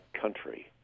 country